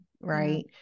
right